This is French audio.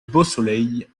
beausoleil